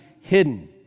hidden